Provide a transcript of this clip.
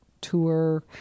tour